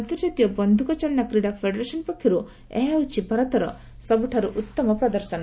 ଅନ୍ତର୍ଜାତୀୟ ବନ୍ଧୁକ ଚାଳନା କ୍ରୀଡ଼ା ଫେଡେରେସନ୍ ପକ୍ଷରୁ ଏହା ହେଉଛି ଭାରତର ସବୁଠାରୁ ଉତ୍ତମ ପ୍ରଦର୍ଶନ